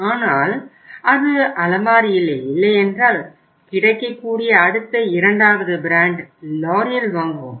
ஆனால் அது அலமாரியில் இல்லையென்றால் கிடைக்கக்குடிய அடுத்த இரண்டாவது பிராண்டு LOreal வாங்குவோம்